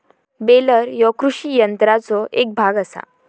baler ह्यो कृषी यंत्राचो एक भाग आसा